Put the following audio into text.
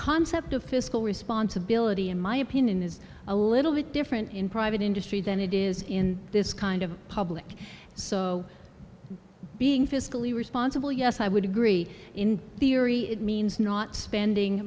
concept of fiscal responsibility in my opinion is a little bit different in private industry than it is in this kind of public so being fiscally responsible yes i would agree in the erie it means not spending